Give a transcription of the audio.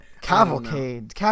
cavalcade